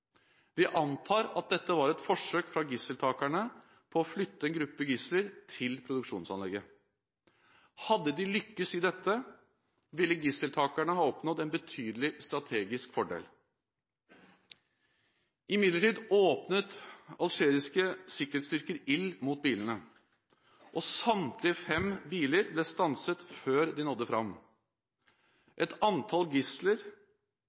Vi antar det var et forsøk fra gisseltakerne på å flytte en gruppe gisler til produksjonsanlegget. Hadde de lyktes i dette, ville gisseltakerne ha oppnådd en betydelig strategisk fordel. Imidlertid åpnet algeriske sikkerhetsstyrker ild mot bilene, og samtlige fem biler ble stanset før de nådde fram. Et antall gisler